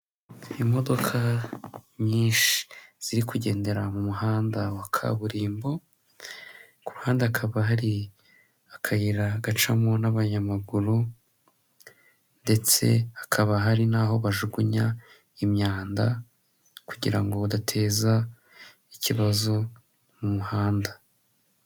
Imodoka nyinshi ziri kugendera mu muhanda wa kaburimbo, ku ruhande akaba hari akayira gacamo n'abanyamaguru ndetse hakaba hari naho bajugunya imyanda kugira ngo badateza ikibazo mu muhanda.